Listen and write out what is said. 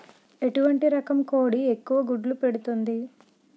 ఎటువంటి రకం కోడి ఎక్కువ గుడ్లు పెడుతోంది?